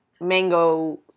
mango